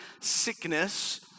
sickness